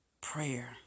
prayer